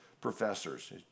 professors